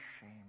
shame